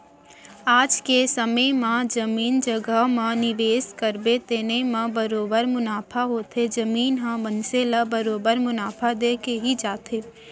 आज के समे म जमीन जघा म निवेस करबे तेने म बरोबर मुनाफा होथे, जमीन ह मनसे ल बरोबर मुनाफा देके ही जाथे